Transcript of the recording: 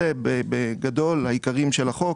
אלה בגדול העיקרים של החוק.